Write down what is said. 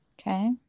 Okay